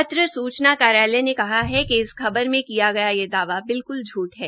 पत्र सूचना कार्यालय ने कहा है कि इस खबर में किया गया दावा बिल्कुल झूठ है